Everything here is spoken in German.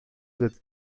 wird